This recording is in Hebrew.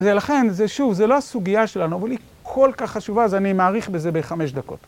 ולכן זה שוב, זה לא הסוגיה שלנו, אבל היא כל כך חשובה, אז אני מאריך בזה בחמש דקות.